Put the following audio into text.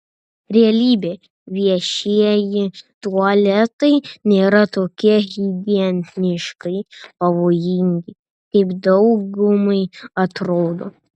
realybė viešieji tualetai nėra tokie higieniškai pavojingi kaip daugumai atrodo